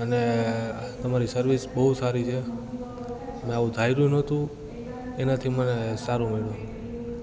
અને તમારી સર્વિસ બહુ સારી છે મેં આવું ધાર્યું નહોતું એનાથી મને સારું મળ્યું